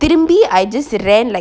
திரும்பி:thirumbi I just ran like